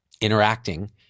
interacting